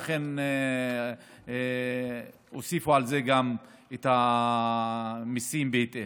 ולכן הוסיפו על זה את המיסים בהתאם.